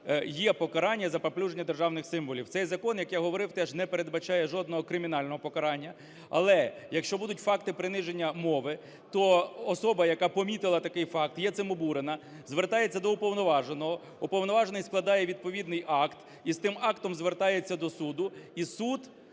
є покарання за паплюження державних символів. Цей закон, як я уже говорив, теж не передбачає жодного кримінального покарання. Але, якщо будуть факти приниження мови, то особа, яка помітила такий факт і є цим обурена, звертається до Уповноваженого, Уповноважений складає відповідний акт і з тим актом звертається до суду, і суд…